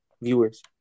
viewers